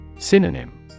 Synonym